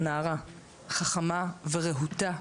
נערה חכמה ורהוטה.